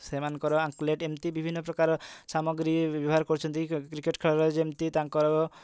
ସେମାନଙ୍କର ଆଁକଲେଟ୍ ଏମିତି ବିଭିନ୍ନ ପ୍ରକାର ସାମଗ୍ରୀ ବ୍ୟବହାର କରୁଛନ୍ତି କ୍ରିକେଟ୍ ଖେଳରେ ଯେମିତି ତାଙ୍କର